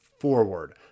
forward